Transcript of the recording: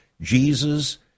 Jesus